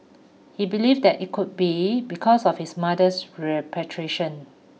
he believed that it could be because of his mother's repatriation